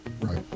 Right